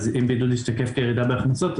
אז אם בידוד השתקף כירידה בהכנסות,